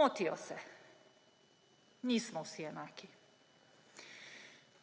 Motijo se. Nismo vsi enaki.